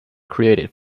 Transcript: created